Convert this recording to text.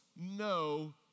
no